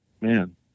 man